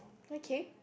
okay